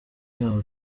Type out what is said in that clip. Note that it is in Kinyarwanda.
yaho